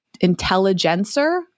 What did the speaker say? Intelligencer